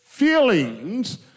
Feelings